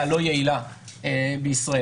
"הלא יעילה" בישראל?